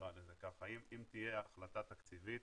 אם תהיה החלטה תקציבית